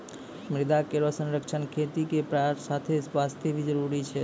मृदा केरो संरक्षण खेती के साथें प्रकृति वास्ते भी जरूरी छै